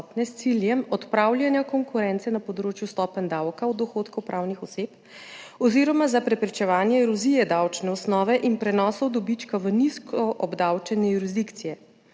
s ciljem odpravljanja konkurence na področju stopenj davka od dohodkov pravnih oseb oziroma za preprečevanje erozije davčne osnove in prenosov dobička v nizko obdavčene jurisdikcije.